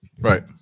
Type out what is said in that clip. Right